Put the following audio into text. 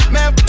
Man